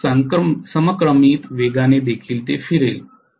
तर समक्रमित वेगाने देखील फिरेल